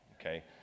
okay